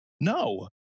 No